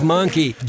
Monkey